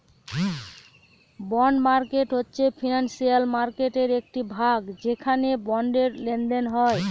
bond market হচ্ছে financial মার্কেটের একটি ভাগ যেখানে বন্ডের লেনদেন হয়